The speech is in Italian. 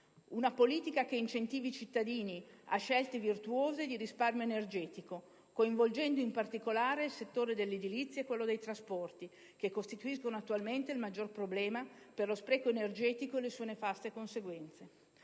Una politica che incentivi i cittadini a scelte virtuose di risparmio energetico, coinvolgendo in particolare il settore dell'edilizia e quello dei trasporti, che costituiscono attualmente il maggior problema per lo spreco energetico e le sue nefaste conseguenze.